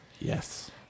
yes